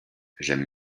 j’aime